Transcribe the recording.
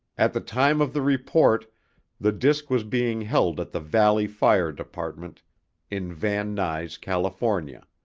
at the time of the report the disc was being held at the valley fire department in van nuys, california.